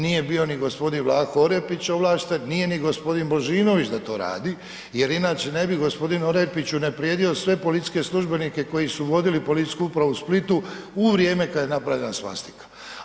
Nije bio ni gospodin Vlaho Orepić ovlašten, nije ni gospodin Božinović da to radi jer inače ne bi gospodin Orepić unaprijedio sve policijske službenike koji su vodi Policijsku upravu u Splitu u vrijeme kad je napravljena svastika.